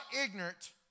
ignorant